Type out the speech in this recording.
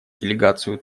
делегацию